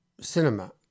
cinema